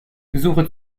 suche